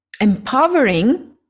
empowering